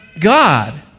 God